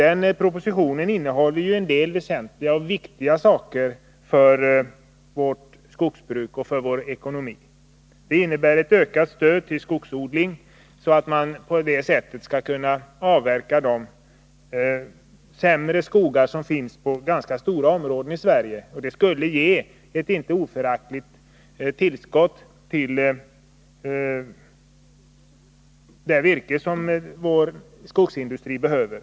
Den propositionen innehåller förslag om åtgärder som är väsentliga för vårt skogsbruk och vår ekonomi. Förslaget innebär ökat stöd till skogsodling, så att man skall kunna avverka de sämre skogar som finns på ganska stora områden i Sverige. Det skulle ge ett inte föraktligt tillskott när det gäller det virke som vår skogsindustri behöver.